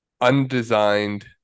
undesigned